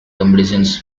competitions